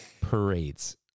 Parades